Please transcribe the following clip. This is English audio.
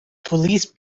police